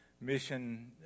mission